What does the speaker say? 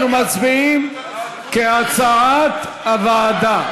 אנחנו מצביעים כהצעת הוועדה.